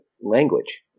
language